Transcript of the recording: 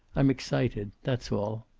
i'm excited. that's all.